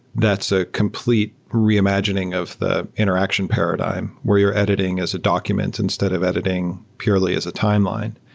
that's a complete reimagining of the interaction paradigm, where you're editing as a document, instead of editing purely as a timeline.